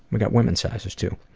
we've got women's sizes too.